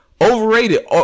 overrated